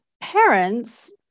parents